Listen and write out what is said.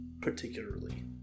particularly